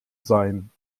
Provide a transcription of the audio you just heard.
sein